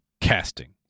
casting